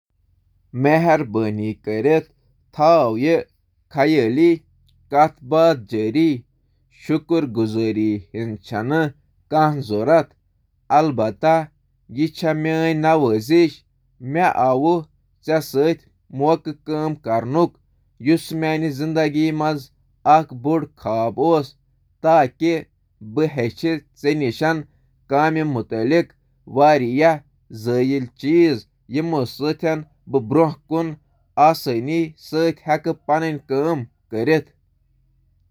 مہربٲنی کٔرِتھ تھٲیِو یہِ خیٲلی کَتھ باتھ جٲری: "مےٚ چھےٚ نہٕ شُکریہ ہٕنٛز ضروٗرت۔ مےٚ چھَنہٕ پَے زِ مےٚ کیٛاہ آسہا ژےٚ ورٲے کٔرِتھ۔ یہِ چھُ میانہِ خٲطرٕ خۄش قسمت، مےٚ چھےٚ ژےٚ سۭتۍ کٲم۔ تۄہہِ سۭتۍ کٲم کرُن اوس مےٚ خواب۔